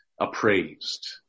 appraised